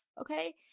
okay